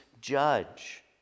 judge